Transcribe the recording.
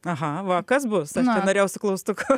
aha va kas bus aš čia norėjau su klaustuku